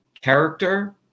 character